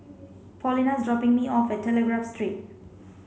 Paulina is dropping me off at Telegraph Street